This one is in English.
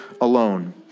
alone